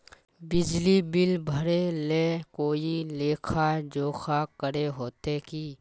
बिजली बिल भरे ले कोई लेखा जोखा करे होते की?